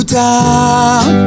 down